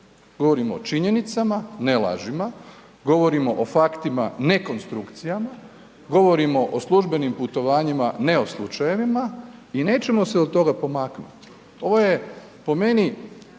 Govorimo o činjenicama, ne lažima, govorimo o faktima, ne konstrukcijama, govorimo o službenim putovanjima, ne o slučajevima i nećemo se od toga pomaknuti. Ovo je po meni